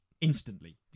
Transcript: instantly